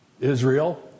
Israel